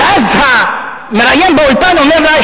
ואז המראיין באולפן אומר לה,